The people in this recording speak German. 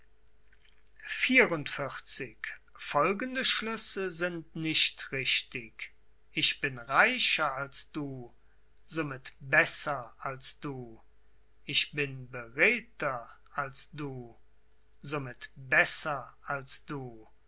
folgende schlüsse sind nicht richtig ich bin reicher als du somit besser als du ich bin beredter als du somit besser als du